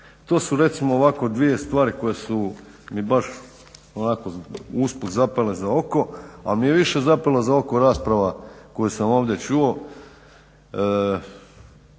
To su recimo ovako dvije stvari koje su mi baš onako usput zapele za oko, al mi je više zapelo za oko rasprava koju sam ovdje čuo.